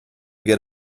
get